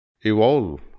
evolve